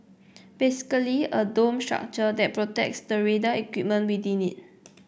basically a dome structure that protects the radar equipment within it